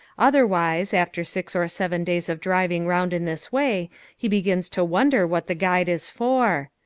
otherwise, after six or seven days of driving round in this way he begins to wonder what the guide is for.